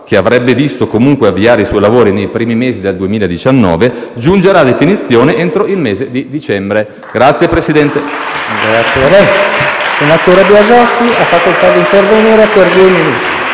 che avrebbe visto comunque avviare i suoi lavori nei primi mesi del 2019, giungerà a definizione entro il mese di dicembre. *(Applausi